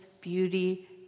beauty